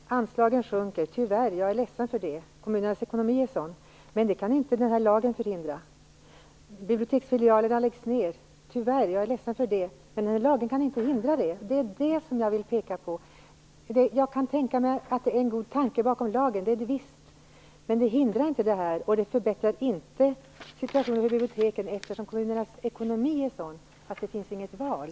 Herr talman! Det är precis det jag menar, att anslagen tyvärr sjunker. Jag är ledsen för det. Anledningen är kommunernas ekonomi. Men detta kan inte bibliotekslagen ändra på. Biblioteksfilialerna läggs ned, tyvärr. Jag är ledsen för det. Men denna lag kan inte hindra detta. Det är det som jag vill peka på. Jag kan visst tänka mig att det är en god tanke bakom lagen. Men bibliotekens situation förbättras inte av lagen, eftersom kommunernas ekonomi är sådan att det inte finns något val.